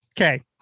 Okay